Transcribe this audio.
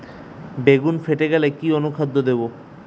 বেগুন ফেটে গেলে কি অনুখাদ্য দেবো?